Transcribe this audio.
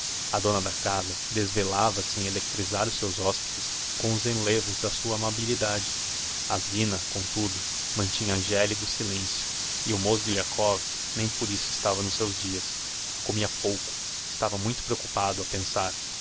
a dona da casa desvelava se em electrizar os seus hospedes com os enlevos da sua amabilidade a zina comtudo mantinha gélido silencio e o mozgliakov nem por isso estava nos seus dias comia pouco estava muito preoccupado a pensar